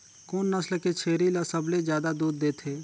कोन नस्ल के छेरी ल सबले ज्यादा दूध देथे?